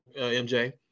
MJ